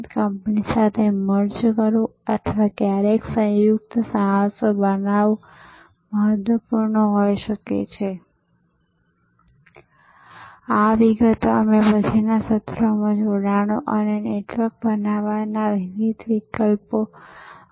અને કામના દિવસની સૂચિને કારણ કે આ આખી વસ્તુ કામકાજના કલાકો દરમિયાન ચાલે છે 10 થી 4 કહેવાના આ સમય દરમિયાન અને દરેક વ્યક્તિ 30 થી 35 વિતરણનું સંચાલન કરે છે તે એકદમ વ્યવસ્થિત કદનુ છે